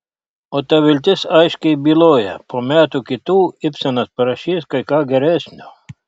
o ta viltis aiškiai byloja po metų kitų ibsenas parašys kai ką geresnio